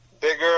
bigger